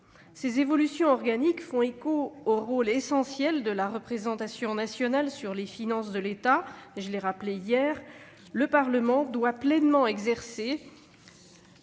Ces évolutions organiques font écho au rôle essentiel de la représentation nationale en matière de finances de l'État. Je l'ai rappelé hier : le Parlement doit pouvoir exercer